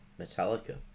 Metallica